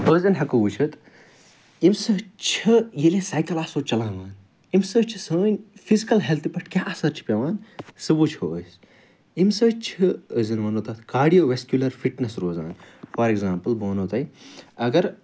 وۄنۍ زن ہیٚکو وُچھِتھ اَمہِ سۭتۍ چھِ ییٚلہِ أسۍ سایکَل آسوٚو چَلاوان اَمہِ سۭتۍ چھِ سٲنۍ فِزکٕل ہیٚلٕتھہِ پٮ۪ٹھ کیٛاہ اَثَر چھُ پیٚوان سُہ وُچھو أسۍ اَمہِ سۭتۍ چھِ أسۍ زَن ونوٚو تتھ کاڑیو ویٚسکیٛولَر فِٹنیٚس روزان فار ایٚگزامپٕل بہٕ ونہو تۄہہِ اگر